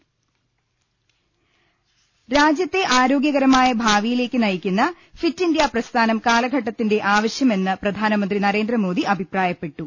ങ്ങ ൽ രാജ്യത്തെ ആരോഗ്യകരമായ ഭാവിയിലേക്ക് നയിക്കുന്ന ഫിറ്റ് ഇന്ത്യാ പ്രസ്ഥാനം കാലഘട്ടത്തിന്റെ ആവശ്യമാമെന്ന് പ്രധാനമന്ത്രി നരേന്ദ്രമോദി അഭിപ്രായപ്പെട്ടു